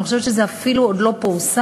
אני חושבת שזה אפילו עוד לא פורסם,